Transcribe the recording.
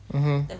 mmhmm